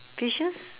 fishes